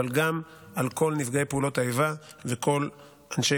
אבל גם על כל נפגעי פעולות האיבה וכל אנשי